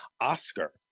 Oscar